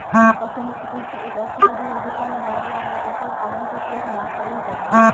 पशु मुक्त कृषि, एक ऐसी विधि हई जेकरा में जानवरवन या पशु उत्पादन के उपयोग ना कइल जाहई